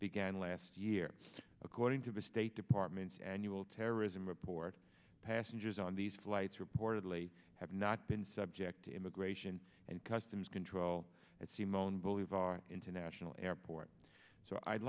began last year according to the state department's annual terrorism report passengers on these flights reportedly have not been subject to immigration and customs control at cmon believe our international airport so i'd